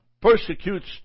persecutes